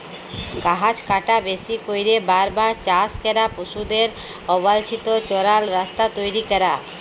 গাহাচ কাটা, বেশি ক্যইরে বার বার চাষ ক্যরা, পশুদের অবাল্ছিত চরাল, রাস্তা তৈরি ক্যরা